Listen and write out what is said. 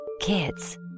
Kids